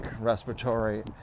respiratory